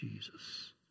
Jesus